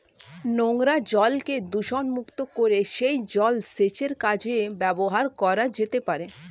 নোংরা জলকে দূষণমুক্ত করে সেই জল সেচের কাজে ব্যবহার করা যেতে পারে